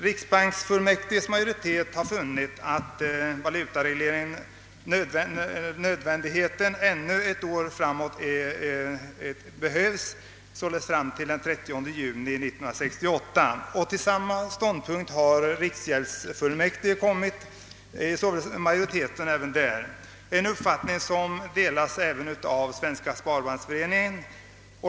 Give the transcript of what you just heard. Riksbanksfullmäktiges majoritet har funnit att valutaregleringen är nödvändig ännu ett år, således fram till den 30 juni 1968. Till samma ståndpunkt har majoriteten inom riksgäldsfullmäktige kommit, en uppfattning som även delas av Svenska sparbanksföreningen.